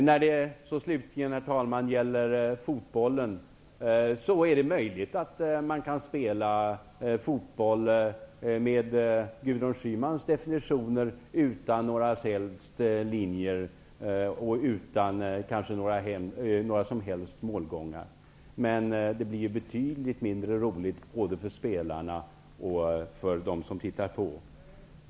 När det slutligen, herr talman, gäller fotbollen är det möjligt att spela enligt Gudrun Schymans definitioner utan några linjer och utan några som helst mål. Men det blir betydligt mindre roligt både för spelarna och för dem som tittar på.